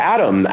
Adam